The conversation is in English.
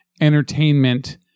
entertainment